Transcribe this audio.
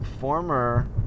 former